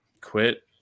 Quit